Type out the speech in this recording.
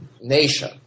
nation